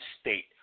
State